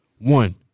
One